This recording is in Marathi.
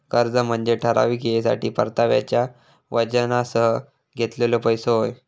कर्ज म्हनजे ठराविक येळेसाठी परताव्याच्या वचनासह घेतलेलो पैसो होय